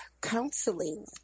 counseling